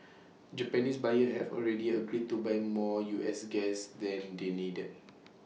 Japanese buyers have already agreed to buy more U S gas than they needed